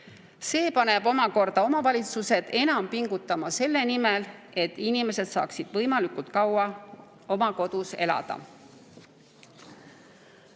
See paneb omavalitsused omakorda enam pingutama selle nimel, et inimesed saaksid võimalikult kaua oma kodus elada. Ja